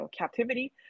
captivity